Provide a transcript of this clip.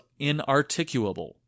inarticulable